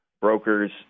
brokers